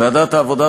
ועדת העבודה,